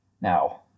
Now